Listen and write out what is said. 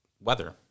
Weather